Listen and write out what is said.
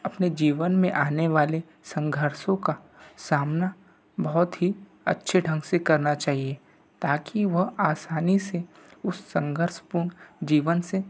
अपने जीवन में आने वाले संघर्षों का सामना बहुत ही अच्छे ढंग से करना चाहिए ताकि वह आसानी से उस संघर्षपूर्ण जीवन से